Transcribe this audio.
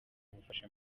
umufasha